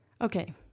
Okay